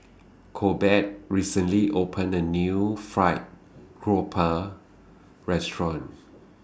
Corbett recently opened A New Fried Grouper Restaurant